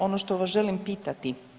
Ono što vas želim pitati.